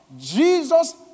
Jesus